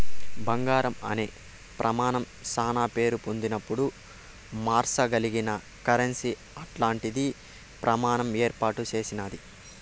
బంగారం అనే ప్రమానం శానా పేరు పొందినపుడు మార్సగలిగిన కరెన్సీ అట్టాంటి ప్రమాణం ఏర్పాటు చేసినాది